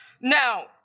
Now